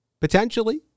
potentially